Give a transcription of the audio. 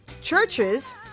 churches